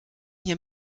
hier